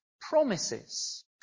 promises